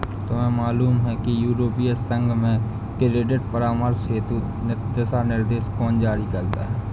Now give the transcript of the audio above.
तुम्हें मालूम है कि यूरोपीय संघ में क्रेडिट परामर्श हेतु दिशानिर्देश कौन जारी करता है?